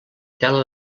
tela